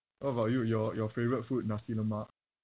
how about you your your favourite food nasi lemak